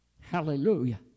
Hallelujah